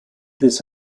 this